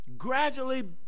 gradually